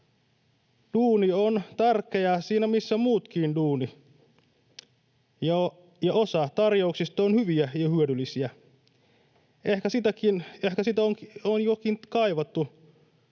Duuni on tärkeää siinä, missä muutkin duunit, ja osa tarjouksista on hyviä ja hyödyllisiä. Ehkä onkin jo kaivattu